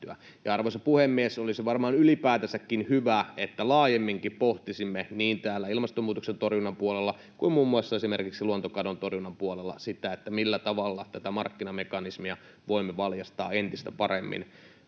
Arvoisa puhemies! Olisi varmaan ylipäätänsäkin hyvä, että laajemminkin pohtisimme niin täällä ilmastonmuutoksen torjunnan puolella kuin muun muassa esimerkiksi luontokadon torjunnan puolella sitä, millä tavalla voimme valjastaa tätä markkinamekanismia entistä paremmin